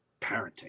parenting